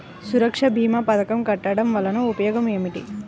సురక్ష భీమా పథకం కట్టడం వలన ఉపయోగం ఏమిటి?